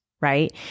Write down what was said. right